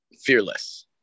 fearless